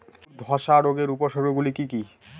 আলুর ধ্বসা রোগের উপসর্গগুলি কি কি?